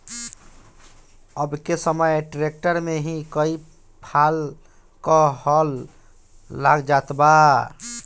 अब के समय ट्रैक्टर में ही कई फाल क हल लाग जात बा